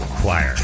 choir